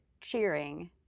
cheering